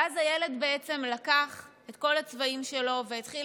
ואז הילד בעצם לקח את כל הצבעים שלו והתחיל